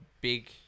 big